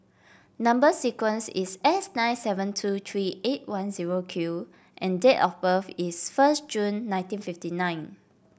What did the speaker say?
number sequence is S nine seven two three eight one zero Q and date of birth is first June nineteen fifty nine